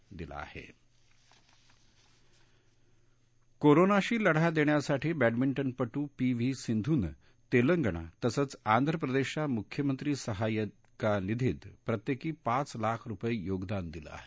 P V Sindhu औ सूनील कोरोनाशी लढा देण्यासाठी बॅटमिंटनपटू पी व्ही सिंघूनं तेलंगणा तसंच आंध्रप्रदेशच्या मुख्यमंत्री सहाय्य निधीत प्रत्येकी पाच लाख रुपये योगदान दिलं आहे